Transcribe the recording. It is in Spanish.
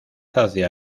hacia